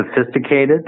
sophisticated